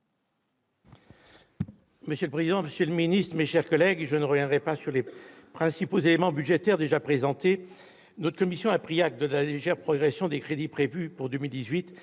Monsieur le président, monsieur le ministre, mes chers collègues, je ne reviendrai pas sur les principaux éléments budgétaires, qui ont déjà été présentés. Notre commission a pris acte de la légère progression des crédits prévue pour 2018